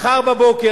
מחר בבוקר,